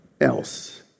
else